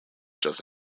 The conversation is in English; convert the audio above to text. just